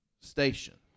station